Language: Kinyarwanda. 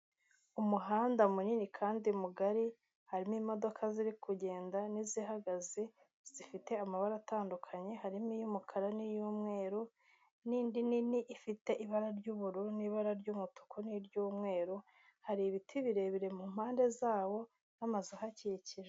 Umuhanda munini kandi mugari hari imodoka ziri kugenda n'izihagaze zifite amabara atandukanye harimo iy'umukara n'iy'umweru n'inindi nini ifite ibara ry'ubururu n'ibara ry'umutuku n'ir'umweru, hari ibiti birebire mu mpande zawo n'amazu ahakikije.